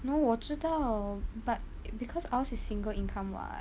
no 我知道 but because ours is single income [what]